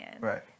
right